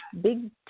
big